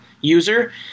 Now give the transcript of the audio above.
user